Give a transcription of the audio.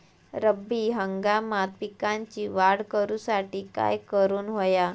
रब्बी हंगामात पिकांची वाढ करूसाठी काय करून हव्या?